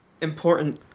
important